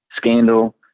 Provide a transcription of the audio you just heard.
scandal